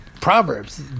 Proverbs